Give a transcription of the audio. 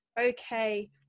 okay